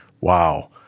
wow